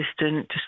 assistant